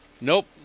Nope